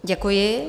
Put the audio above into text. Děkuji.